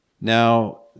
Now